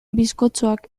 bizkotxoak